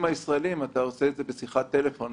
אתה עושה את זה בשיחת טלפון.